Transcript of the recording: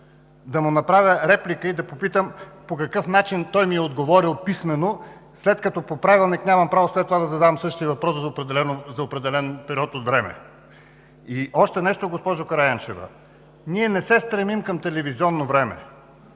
да му направя реплика и да попитам по какъв начин той ми е отговорил писмено, след като по Правилника нямам право след това да задам същия въпрос за определен период от време? И още нещо, госпожо Караянчева. Ние не се стремим към телевизионно време,